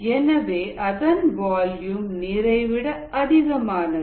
எனவே அதன் வால்யூம் நீரைவிட அதிகமானது